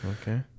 Okay